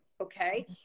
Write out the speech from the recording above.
Okay